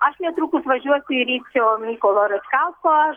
aš netrukus važiuosiu į ryčio mykolo račkausko